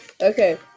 Okay